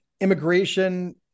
immigration